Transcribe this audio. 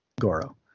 Goro